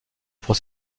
pour